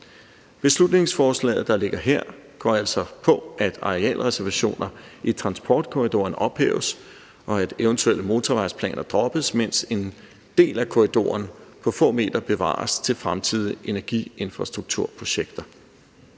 Beslutningsforslaget, der ligger her, går altså på, at arealreservationerne i transportkorridoren ophæves, og at eventuelle motorvejsplaner droppes, mens en del af korridoren på få meter bevares til fremtidige energiinfrastrukturprojekter.